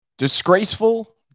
Disgraceful